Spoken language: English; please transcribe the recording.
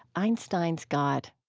einstein's god.